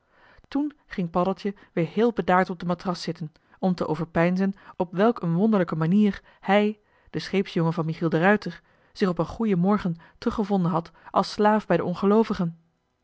toen ging paddeltje weer heel bedaard op de matras zitten om te overpeinzen op welk een wonderlijke manier hij de scheepsjongen van michiel de ruijter zich op een goeien morgen teruggevonden had als slaaf bij de ongeloovigen